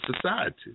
society